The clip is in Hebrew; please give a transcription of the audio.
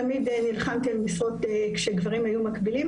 תמיד נלחמתי על משרות כשגברים היו מקבילים